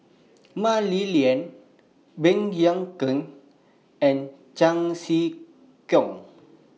Mah Li Lian Baey Yam Keng and Chan Sek Keong